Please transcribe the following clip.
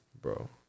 Bro